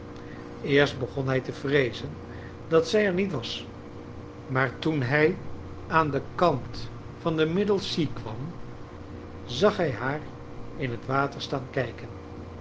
eerst begon hij te vreezen dat zij er niet was maar toen hij aan den kant van middlesea kwam zag hij haar in het water staan kijken